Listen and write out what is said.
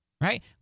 Right